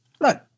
Look